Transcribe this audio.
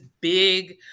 big